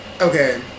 Okay